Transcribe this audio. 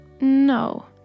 no